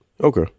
Okay